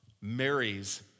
marries